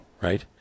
right